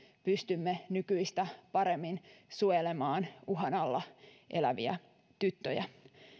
pystymme nykyistä paremmin suojelemaan uhan alla eläviä tyttöjä